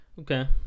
okay